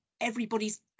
everybody's